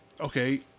okay